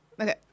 Okay